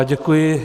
Děkuji.